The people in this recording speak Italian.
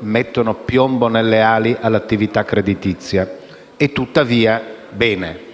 mettono piombo nelle ali all'attività creditizia. E tuttavia, dico